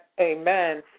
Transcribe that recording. Amen